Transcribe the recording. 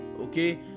Okay